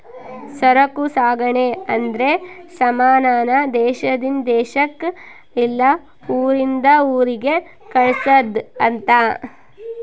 ಸರಕು ಸಾಗಣೆ ಅಂದ್ರೆ ಸಮಾನ ನ ದೇಶಾದಿಂದ ದೇಶಕ್ ಇಲ್ಲ ಊರಿಂದ ಊರಿಗೆ ಕಳ್ಸದ್ ಅಂತ